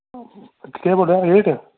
केह् बड्डे र लेट